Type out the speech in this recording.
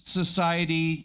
society